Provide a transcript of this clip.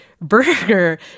burger